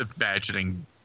imagining